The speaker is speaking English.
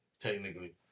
Technically